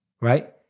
Right